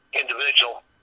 individual